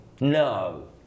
No